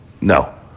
No